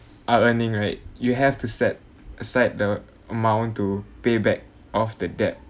are earning right you have to set aside the amount to payback off the debt